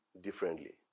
differently